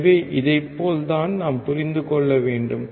எனவே இதைப் போல் தான் நாம் புரிந்து கொள்ள வேண்டும்